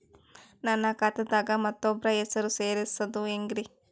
ನನ್ನ ಖಾತಾ ದಾಗ ಮತ್ತೋಬ್ರ ಹೆಸರು ಸೆರಸದು ಹೆಂಗ್ರಿ?